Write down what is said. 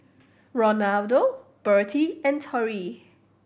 Ronaldo Birtie and Torie